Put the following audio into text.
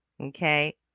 okay